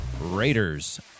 Raiders